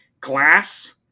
glass